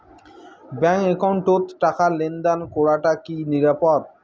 Bank একাউন্টত টাকা লেনদেন করাটা কি নিরাপদ?